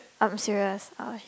I'm serious ah